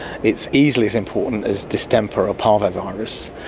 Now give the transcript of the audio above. it's easily as important as distemper or parvovirus.